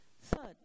Third